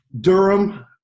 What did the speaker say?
Durham